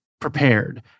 prepared